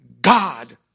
God